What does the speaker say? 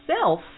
self